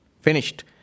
finished